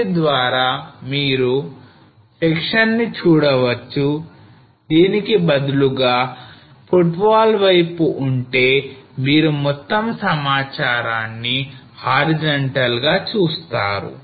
దీని ద్వారా మీరు సెక్షన్ ని చూడవచ్చు దీనికి బదులుగా footwall వైపు ఉంటే మీరు మొత్తం సమాచారాన్ని horizontal గా చూస్తారు